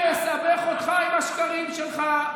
הוא היה ראש המפלגה שלך,